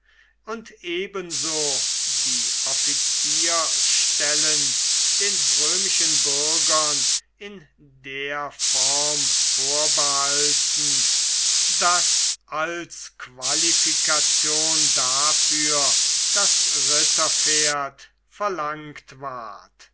und ebenso die offizierstellen den römischen bürgern in der form vorbehalten daß als qualifikation dafür das ritterpferd verlangt ward